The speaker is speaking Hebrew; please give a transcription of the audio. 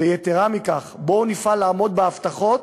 ויתרה מכך, בואו נפעל לעמוד בהבטחות